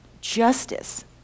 justice